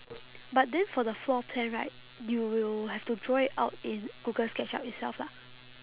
but then for the floor plan right you will have to draw it out in google sketchup itself lah